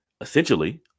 essentially